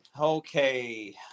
Okay